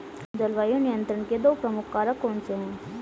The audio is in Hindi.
जलवायु नियंत्रण के दो प्रमुख कारक कौन से हैं?